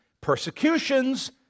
persecutions